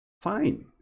Fine